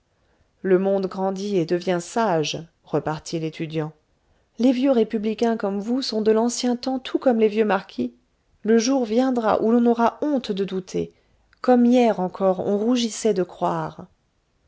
le monde grandit et devient sage repartit l'étudiant les vieux républicains comme vous sont de l'ancien temps tout comme les vieux marquis le jour viendra où l'on aura honte de douter comme hier encore on rougissait de croire